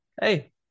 hey